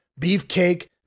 Beefcake